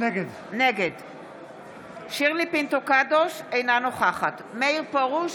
נגד שירלי פינטו קדוש, אינה נוכחת מאיר פרוש,